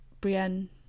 brienne